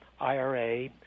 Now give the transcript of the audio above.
IRA